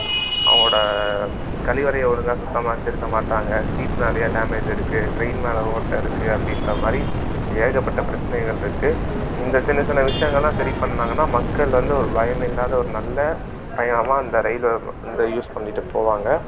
அவங்களோட கழிவறைய ஒழுங்கா சுத்தமாக வச்சிருக்க மாட்டாங்கள் ஷீட் நிறைய டேமேஜ் இருக்குது ட்ரெயின் மேலே ஓட்டை இருக்குது அப்படின்றமாரி ஏகப்பட்ட பிரச்சனைகள் இருக்குது இந்த சின்னச்சின்ன விஷயங்கள்லாம் சரி பண்ணாங்கன்னால் மக்கள் வந்து ஒரு பயம் இல்லாத ஒரு நல்ல பயணமாக இந்த ரயிலு இந்த யூஸ் பண்ணிட்டு போவாங்கள்